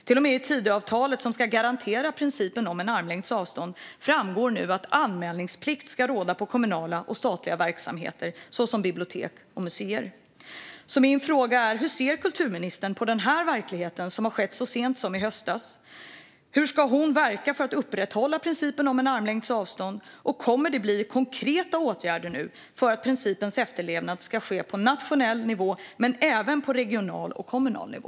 Till och med i Tidöavtalet, som ska garantera principen om armlängds avstånd, framgår nu att anmälningsplikt ska råda på kommunala och statliga verksamheter som bibliotek och museer. Min fråga är därför: Hur ser kulturministern på den här verkligheten som har skett så sent som i höstas? Hur ska hon verka för att upprätthålla principen om armlängds avstånd? Kommer det att bli konkreta åtgärder för att garantera principens efterlevnad på nationell, regional och kommunal nivå?